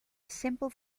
simple